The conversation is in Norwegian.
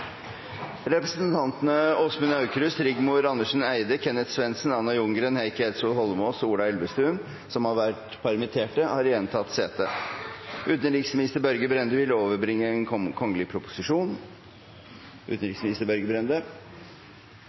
Representantene Åsmund Aukrust , Rigmor Andersen Eide , Kenneth Svendsen, Anna Ljunggren, Heikki Eidsvoll Holmås og Ola Elvestuen, som har vært permittert, har igjen tatt sete. Representanten Ruth Grung vil